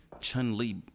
Chun-Li